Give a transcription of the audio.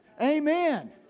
Amen